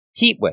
Heatwave